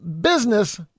business